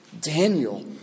Daniel